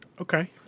Okay